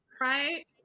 Right